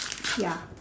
ya